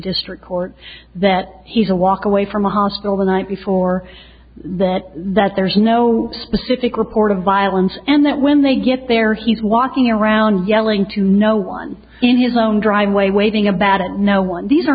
district court that he's a walk away from a hospital the night before that that there's no specific report of violence and that when they get there he's walking around yelling to no one in his own driveway waving a bat at no one these are